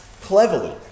cleverly